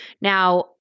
Now